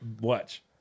Watch